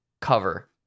Cover